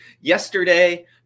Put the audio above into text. Yesterday